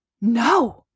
no